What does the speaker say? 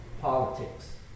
politics